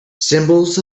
symbols